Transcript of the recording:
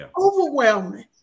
Overwhelming